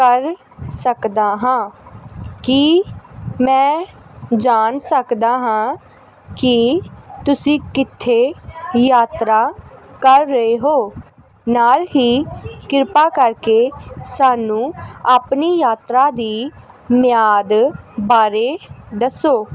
ਕਰ ਸਕਦਾ ਹਾਂ ਕੀ ਮੈਂ ਜਾਣ ਸਕਦਾ ਹਾਂ ਕਿ ਤੁਸੀਂ ਕਿੱਥੇ ਯਾਤਰਾ ਕਰ ਰਹੇ ਹੋ ਨਾਲ ਹੀ ਕਿਰਪਾ ਕਰਕੇ ਸਾਨੂੰ ਆਪਣੀ ਯਾਤਰਾ ਦੀ ਮਿਆਦ ਬਾਰੇ ਦੱਸੋ